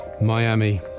miami